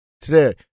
Today